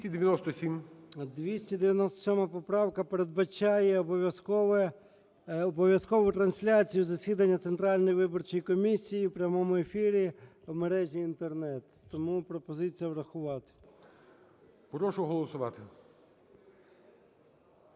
297 поправка передбачає обов'язкову трансляцію засідання Центральної виборчої комісії в прямому ефірі в мережі Інтернет. Тому пропозиція врахувати. ГОЛОВУЮЧИЙ. Прошу голосувати.